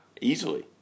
easily